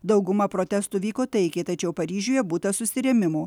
dauguma protestų vyko taikiai tačiau paryžiuje būta susirėmimų